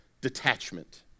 detachment